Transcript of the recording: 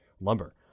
lumber